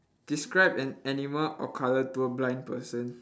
describe an animal or colour to a blind person